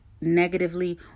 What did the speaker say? negatively